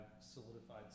solidified